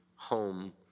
Home